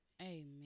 Amen